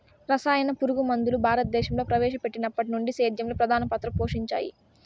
రసాయన పురుగుమందులు భారతదేశంలో ప్రవేశపెట్టినప్పటి నుండి సేద్యంలో ప్రధాన పాత్ర పోషించాయి